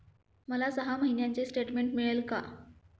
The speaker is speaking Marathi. मला सहा महिन्यांचे स्टेटमेंट मिळेल का?